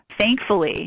thankfully